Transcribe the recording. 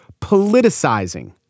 politicizing